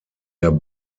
der